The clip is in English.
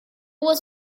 was